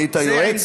נהיית יועץ?